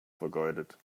vergeudet